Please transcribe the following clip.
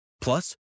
Plus